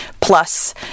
plus